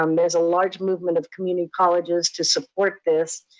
um there's a large movement of community colleges to support this,